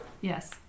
yes